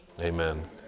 Amen